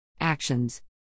Actions